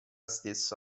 stessa